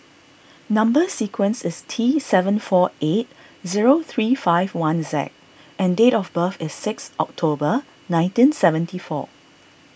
Number Sequence is T seven four eight zero three five one Z and date of birth is six October nineteen seventy four